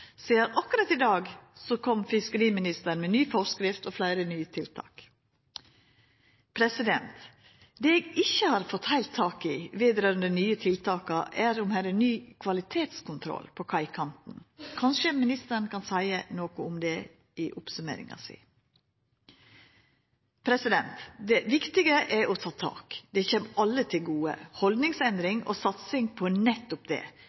sidan fiskeriministeren akkurat i dag kom med ny forskrift og fleire nye tiltak. Det eg ikkje har fått heilt tak i vedrørande dei nye tiltaka, er om det er ny kvalitetskontroll på kaikanten. Kanskje ministeren kan seia noko om det i oppsummeringa si. Det viktige er å ta tak. Det kjem alle til gode. Haldningsendring og satsing på nettopp det